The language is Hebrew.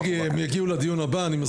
מרגי, הם יגיעו לארגון הבא, אני מסביר לך.